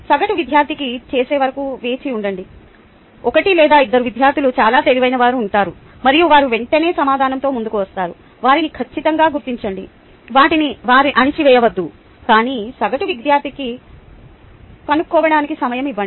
సగటు విద్యార్థికి చేసే వరకు వేచి ఉండండి 1 లేదా 2 విద్యార్ధులు చాలా తెలివైనవారు ఉంటారు మరియు వారు వెంటనే సమాధానంతో ముందుకు వస్తారు వారిని ఖచ్చితంగా గుర్తించండి వాటిని అణచివేయవద్దు కానీ సగటు విద్యార్థికి కన్నుకోవడానికి సమయం ఇవ్వండి